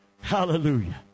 hallelujah